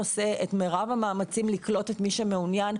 עושה את מירב המאמצים לקלוט את מי שמעוניין.